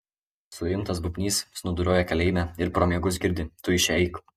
suimtas bubnys snūduriuoja kalėjime ir pro miegus girdi tu iš čia eik